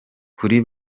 kuri